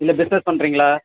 இல்லை பிஸ்னஸ் பண்ணுறீங்களா